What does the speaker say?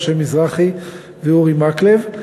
משה מזרחי ואורי מקלב.